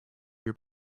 are